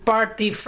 Party